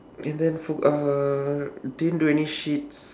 and then uh didn't do any shit